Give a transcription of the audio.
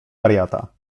wariata